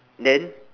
then